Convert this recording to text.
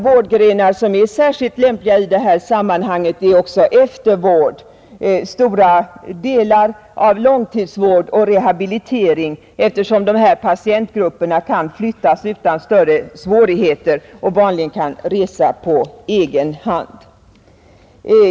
Vårdgrenar som är särskilt lämpliga i detta sammanhang är eftervård, stora delar av långtidsvården och rehabiliteringsverksamheten, eftersom de här patientgrupperna kan flyttas utan större svårigheter och vanligen kan resa på egen hand.